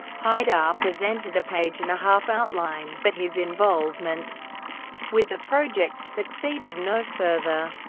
haidar presented a page-and-a-half outline, but his involvement with the project succeeded no further.